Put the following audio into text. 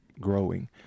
growing